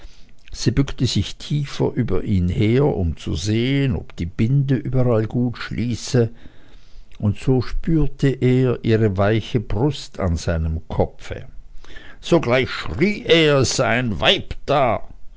sie bückte sich tiefer über ihn her um zu sehen ob die binde überall gut schließe und so spürte er ihre weiche brust an seinem kopfe sogleich schrie er es sei ein weib da